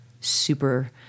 super